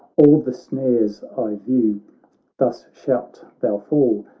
all the snares i view thus shalt thou fall,